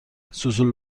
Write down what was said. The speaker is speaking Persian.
سوسول